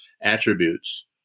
attributes